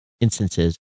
instances